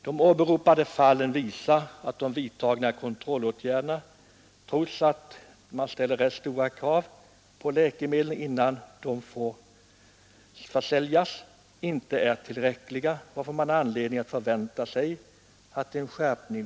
De nämnda fallen visar att de vidtagna kontrollåtgärderna inte är tillräckliga, trots att det ställs ganska stora krav på ett läkemedel innan det får säljas, och man har därför anledning förvänta €n skärpning.